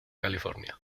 california